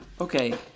Okay